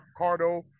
Cardo